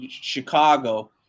Chicago